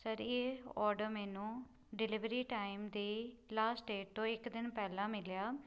sir ਇਹ order ਮੈਨੂੰ delivery time ਦੇ ਲਾਸਟ ਡੇਟ ਤੋਂ ਇੱਕ ਦਿਨ ਪਹਿਲਾਂ ਮਿਲਿਆ